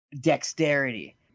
dexterity